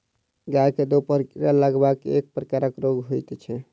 गाय के देहपर कीड़ा लागब एक प्रकारक रोग होइत छै